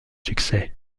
succès